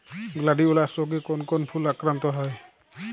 Gladiolus রোগে কোন কোন ফুল আক্রান্ত হয়?